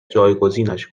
جایگزینش